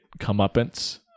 comeuppance